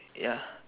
ya